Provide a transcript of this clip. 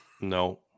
No